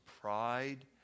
pride